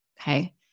Okay